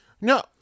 No